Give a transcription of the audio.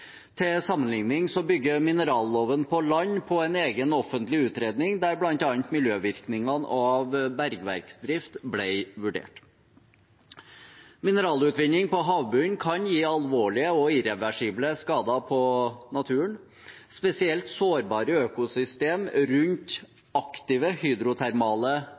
Til sammenligning bygger mineralloven på land på en egen offentlig utredning, der bl.a. miljøvirkningene av bergverksdrift ble vurdert. Mineralutvinning på havbunnen kan gi alvorlige og irreversible skader på naturen, spesielt på sårbare økosystemer rundt aktive hydrotermale